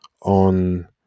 on